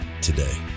today